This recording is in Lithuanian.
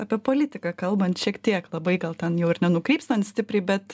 apie politiką kalbant šiek tiek labai gal ten jau ir nenukrypstant stipriai bet